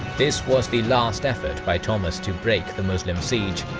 this was the last effort by thomas to break the muslim siege,